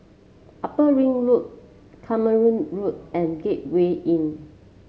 Upper Ring Road Carpmael Road and Gateway Inn